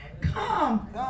come